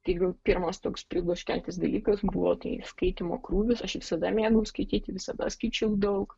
tai pirmas toks pribloškiantis dalykas buvo tai skaitymo krūvis aš visada mėgau skaityti visada skaičiau daug